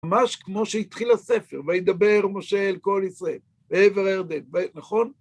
ממש כמו שהתחיל הספר, וידבר משה אל כל ישראל, בעבר הירדן, נכון?